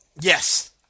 Yes